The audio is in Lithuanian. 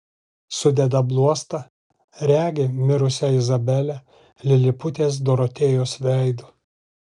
sudeda bluostą regi mirusią izabelę liliputės dorotėjos veidu